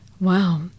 Wow